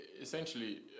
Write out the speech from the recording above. essentially